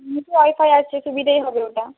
সুবিধেই হবে ওটা